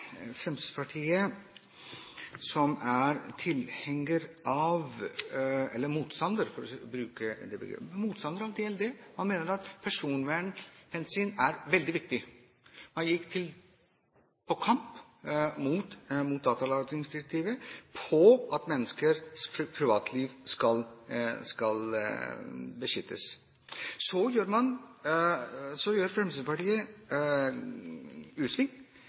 Fremskrittspartiet, som er motstander av datalagringsdirektivet, DLD, mener at personvernhensyn er veldig viktig. Man gikk til kamp mot datalagringsdirektivet for at menneskers privatliv skal beskyttes. Så gjør